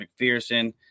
McPherson